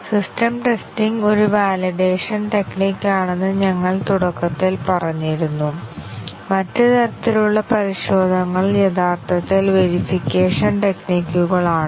system testing ഒരു validation technique ആണെന്ന് ഞങ്ങൾ തുടക്കത്തിൽ പറഞ്ഞിരുന്നു മറ്റ് തരത്തിലുള്ള പരിശോധനകൾ യഥാർത്ഥത്തിൽ വേരീഫിക്കേഷൻ ടെക്നികുകൾ ആണ്